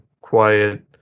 Quiet